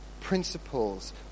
principles